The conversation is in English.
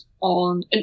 on